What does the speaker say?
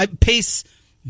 Pace